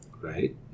right